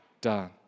done